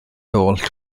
oll